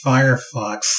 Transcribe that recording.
Firefox